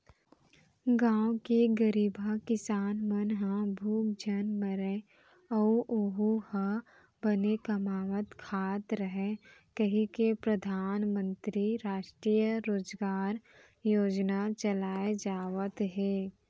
गाँव के गरीबहा किसान मन ह भूख झन मरय अउ ओहूँ ह बने कमावत खात रहय कहिके परधानमंतरी रास्टीय रोजगार योजना चलाए जावत हे